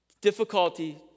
difficulty